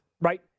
right